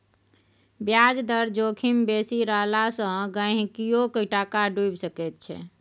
ब्याज दर जोखिम बेसी रहला सँ गहिंकीयोक टाका डुबि सकैत छै